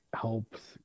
helps